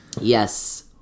Yes